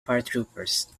paratroopers